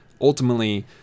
ultimately